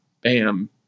bam